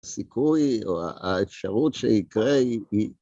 סיכוי או האפשרות שיקרה היא...